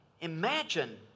Imagine